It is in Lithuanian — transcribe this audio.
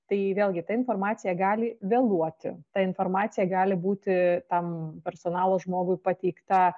tai vėlgi ta informacija gali vėluoti ta informacija gali būti tam personalo žmogui pateikta